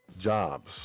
jobs